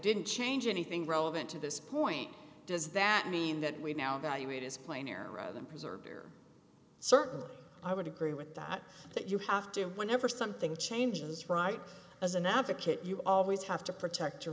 didn't change anything relevant to this point does that mean that we now value it is plainer of them preserved or certainly i would agree with that that you have to whenever something changes right as an advocate you always have to protect your